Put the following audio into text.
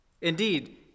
Indeed